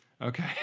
Okay